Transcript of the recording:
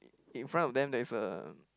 in front of them there is a